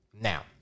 now